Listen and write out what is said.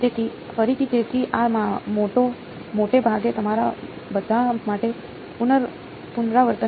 તેથી ફરીથી તેથી આ મોટે ભાગે તમારા બધા માટે પુનરાવર્તન છે